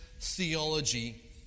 theology